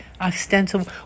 ostensible